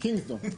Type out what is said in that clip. Kingdom.